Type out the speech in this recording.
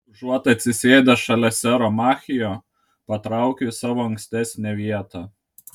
užuot atsisėdęs šalia sero machio patraukiau į savo ankstesnę vietą